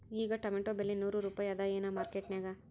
ಈಗಾ ಟೊಮೇಟೊ ಬೆಲೆ ನೂರು ರೂಪಾಯಿ ಅದಾಯೇನ ಮಾರಕೆಟನ್ಯಾಗ?